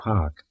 Park